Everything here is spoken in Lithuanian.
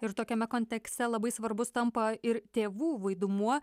ir tokiame kontekste labai svarbus tampa ir tėvų vaidmuo